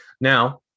now